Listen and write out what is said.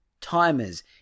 timers